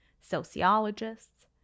Sociologists